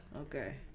Okay